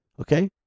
Okay